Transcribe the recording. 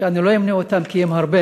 שאני לא אמנה אותם כי הם הרבה,